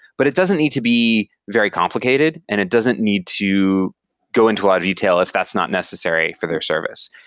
but it doesn't need to be very complicated and it doesn't need to go into a lot of detail if that's not necessary for their service.